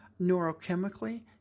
neurochemically